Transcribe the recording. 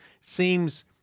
seems –